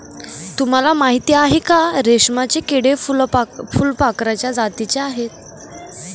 तुम्हाला माहिती आहे का? रेशमाचे किडे फुलपाखराच्या जातीचे आहेत